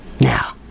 Now